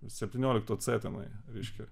septyniolikto cė tenai reiškia